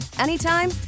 anytime